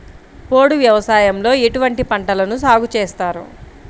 పోడు వ్యవసాయంలో ఎటువంటి పంటలను సాగుచేస్తారు?